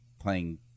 playing